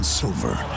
silver